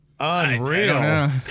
Unreal